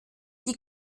die